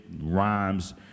rhymes